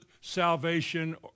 salvation